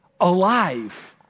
alive